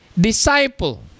disciple